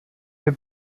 wir